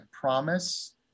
promise